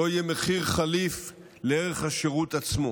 לא יהיה מחיר חליף לערך השירות עצמו.